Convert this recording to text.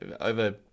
over